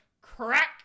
crack